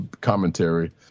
commentary